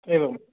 एवं